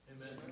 Amen